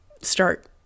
start